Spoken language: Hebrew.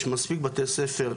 יש מספיק בתי ספר,